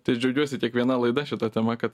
tai džiaugiuosi kiekviena laida šita tema kad